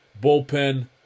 Bullpen